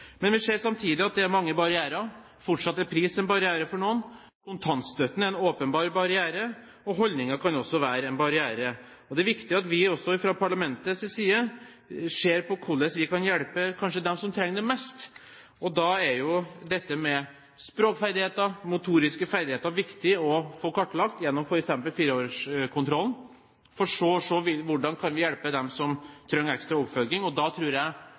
Men vi ser samtidig at det er mange barrierer. Fortsatt er pris en barriere for noen, kontantstøtten er en åpenbar barriere, og holdninger kan også være en barriere. Det er viktig at vi også fra parlamentets side ser på hvorledes vi kan hjelpe dem som kanskje trenger det mest. Da er jo dette med språkferdigheter og motoriske ferdigheter viktig å få kartlagt gjennom f.eks. fireårskontrollen, for å se hvordan vi kan hjelpe dem som trenger ekstra oppfølging. Da tror jeg